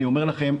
אני אומר לכם,